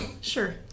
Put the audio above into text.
Sure